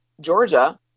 Georgia